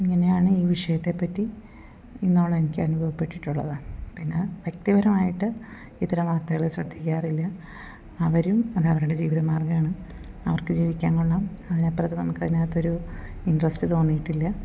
ഇങ്ങനെയാണ് ഈ വിഷയത്തെ പറ്റി ഇന്നോളം എനിക്ക് അനുഭവപ്പെട്ടിട്ടുള്ളത് പിന്നെ വ്യക്തിപരമായിട്ട് ഇത്തരം വാർത്തകൾ ശ്രദ്ധിക്കാറില്ല അവരും അത് അവരുടെ ജീവിത മാർഗ്ഗമാണ് അവർക്ക് ജീവിക്കാൻ കൊള്ളാം അതിന് അപ്പുറത്ത് നമുക്ക് അതിനാകത്ത് ഒരു ഇൻട്രസ്റ്റ് തോന്നിയിട്ടില്ല